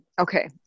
okay